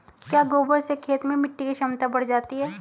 क्या गोबर से खेत में मिटी की क्षमता बढ़ जाती है?